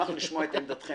הורדנו את המחירים